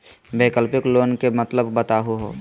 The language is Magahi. वैकल्पिक लोन के मतलब बताहु हो?